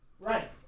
Right